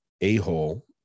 a-hole